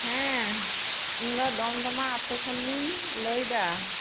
ᱦᱮᱸ ᱤᱧ ᱫᱚ ᱫᱚᱢ ᱫᱚᱢ ᱟᱹᱛᱩ ᱠᱷᱚᱱᱤᱧ ᱞᱟᱹᱭᱫᱟ